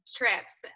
trips